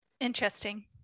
interesting